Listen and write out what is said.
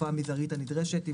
המזערית הנדרשת,